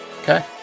Okay